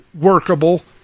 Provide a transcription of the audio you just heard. workable